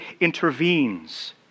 intervenes